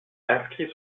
inscrit